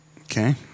Okay